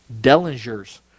Dellinger's